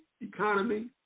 economy